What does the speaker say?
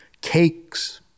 cakes